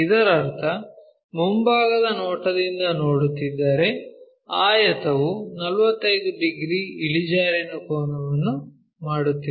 ಇದರರ್ಥ ಮುಂಭಾಗದ ನೋಟದಿಂದ ನೋಡುತ್ತಿದ್ದರೆ ಆಯತವು 45 ಡಿಗ್ರಿ ಇಳಿಜಾರಿನ ಕೋನವನ್ನು ಮಾಡುತ್ತಿದೆ